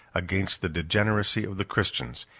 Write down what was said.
against the degeneracy of the christians,